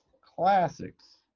Classics